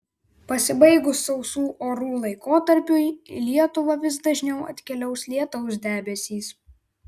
pasibaigus sausų orų laikotarpiui į lietuvą vis dažniau atkeliaus lietaus debesys